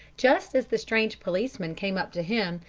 just as the strange policeman came up to him,